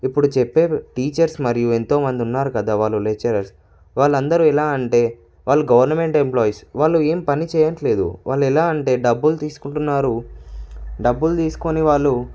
ఇప్పుడు చెప్పే టీచర్స్ మరియు ఎంతో మంది ఉన్నారు కదా వాళ్ళు లెక్చరర్ వాళ్ళందరూ ఇలా అంటే వాళ్ళు గవర్నమెంట్ ఎంప్లాయిస్ వాళ్ళు ఏమి పని చేయటం లేదు వాళ్ళు ఎలా అంటే డబ్బులు తీసుకుంటున్నారు డబ్బులు తీసుకొని వాళ్ళు